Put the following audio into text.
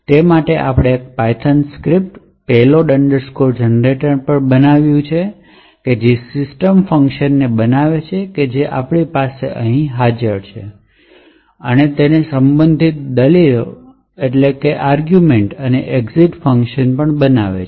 તે કરવા માટે આપણે એક પાયથોન સ્ક્રિપ્ટ payload generator પણ બનાવ્યું છે જે સિસ્ટમ ફંક્શનને બનાવે છે જે આપણી પાસે અહીં છે અને તેની સંબંધિત દલીલ અને એક્ઝિટ ફંક્શન બનાવે છે